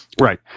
Right